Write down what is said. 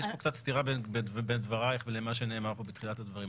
יש סתירה בין דבריך למה שנאמר פה בתחילת הדברים.